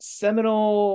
seminal